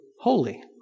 holy